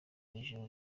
ijuru